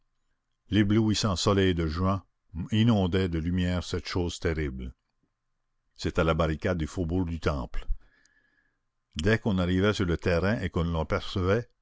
l'éblouissant soleil de juin inondait de lumière cette chose terrible c'était la barricade du faubourg du temple dès qu'on arrivait sur le terrain et qu'on l'apercevait